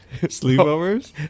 sleepovers